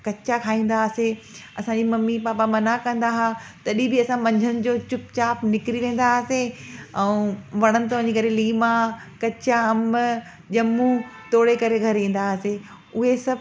कचा खाईंदा हुआसीं असांजी मम्मी पापा मना कंदा हुआ तॾहिं बि असां मझंदि जो चुपचाप निकिरी वेंदा हुआसीं ऐं वणनि ता वञी करे लीमा कचा अंब ॼमूं तोड़े करे घर ईंदा हुआसीं उहे सभ